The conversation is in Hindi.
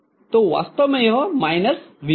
तो वास्तव में यह − vB है